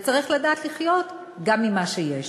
וצריך לדעת לחיות עם מה שיש.